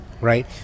right